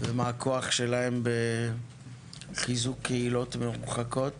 ומה הכוח שלהם בחיזוק קהילות מרוחקות